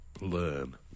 learn